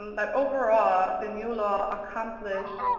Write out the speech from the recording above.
but overall, the new law accomplished